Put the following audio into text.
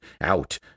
out